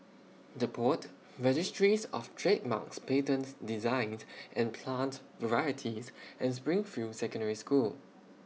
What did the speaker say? The Pod Registries of Trademarks Patents Designs and Plant Varieties and Springfield Secondary School